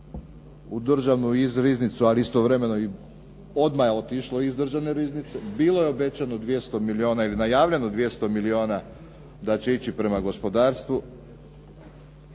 u državnu riznicu, ali istovremeno i odmah je otišlo iz državne riznice. Bilo je obećano 200 milijuna ili najavljeno 200 milijuna da će ići prema gospodarstvu.